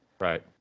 Right